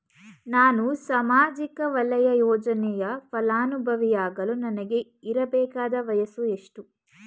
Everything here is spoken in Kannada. ನಾನು ಸಾಮಾಜಿಕ ವಲಯದ ಯೋಜನೆಯ ಫಲಾನುಭವಿ ಯಾಗಲು ನನಗೆ ಇರಬೇಕಾದ ವಯಸ್ಸು ಎಷ್ಟು?